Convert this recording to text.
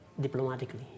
diplomatically